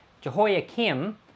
Jehoiakim